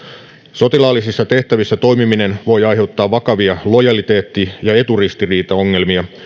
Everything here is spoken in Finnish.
sotilaallisissa tehtävissä toimiminen voi aiheuttaa vakavia lojaliteetti ja eturistiriitaongelmia